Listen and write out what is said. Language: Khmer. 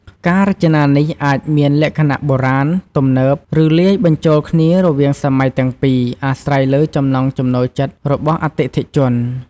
ការរចនានេះអាចមានលក្ខណៈបុរាណ ទំនើប ឬលាយបញ្ចូលគ្នារវាងសម័យទាំងពីរ អាស្រ័យលើចំណង់ចំណូលចិត្តរបស់អតិថិជន។